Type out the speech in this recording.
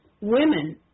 women